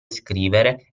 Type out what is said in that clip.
scrivere